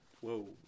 Whoa